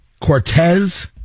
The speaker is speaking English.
Cortez